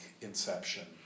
Inception